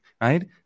right